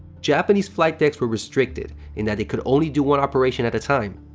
japanese flight decks were restricted in that they could only do one operation at a time.